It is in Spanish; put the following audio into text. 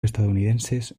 estadounidenses